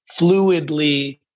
fluidly